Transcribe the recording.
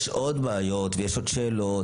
יש עוד בעיות ויש עוד שאלות